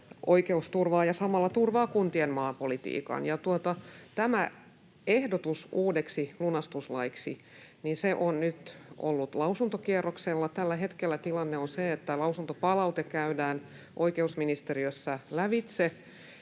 oikeusturvaa ja samalla turvaa kuntien maapolitiikan. Tämä ehdotus uudeksi lunastuslaiksi on nyt ollut lausuntokierroksella. Tällä hetkellä tilanne on se, että lausuntopalaute käydään oikeusministeriössä lävitse,